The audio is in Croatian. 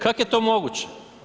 Kako je to moguće?